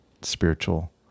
spiritual